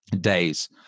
days